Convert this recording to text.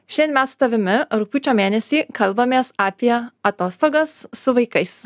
šiandien mes su tavimi rugpjūčio mėnesį kalbamės apie atostogas su vaikais